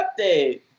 update